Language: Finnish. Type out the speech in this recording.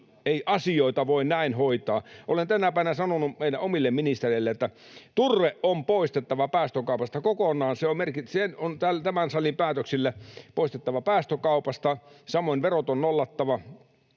Ei asioita voi näin hoitaa. Olen tänäpänä sanonut meidän omille ministereille, että turve on poistettava päästökaupasta kokonaan, se on tämän salin päätöksillä poistettava päästökaupasta, samoin verot on nollattava.